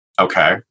Okay